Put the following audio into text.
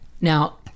now